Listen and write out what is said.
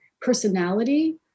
personality